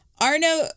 Arno